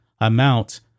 amount